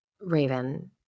Raven